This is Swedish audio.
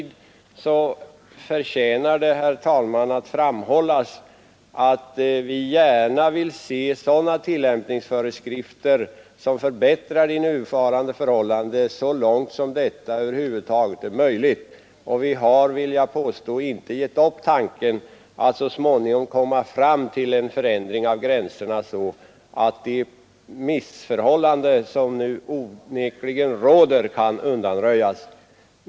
Dock förtjänar att framhållas, herr talman, att vi gärna vill se tillämpningsföreskrifter som förbättrar de nuvarande förhållandena så långt det är möjligt. Vi har, vill jag påstå, inte givit upp tanken att så småningom komma fram till förändringar av gränserna så att det missförhållande som nu onekligen råder kan undanröjas.